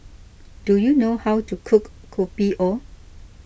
do you know how to cook Kopi O